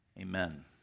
amen